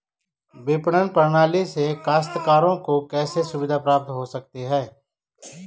विपणन प्रणाली से काश्तकारों को कैसे सुविधा प्राप्त हो सकती है?